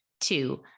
Two